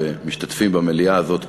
והם משתתפים במליאה הזאת פה,